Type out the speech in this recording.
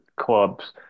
clubs